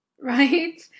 right